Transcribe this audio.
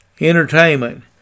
entertainment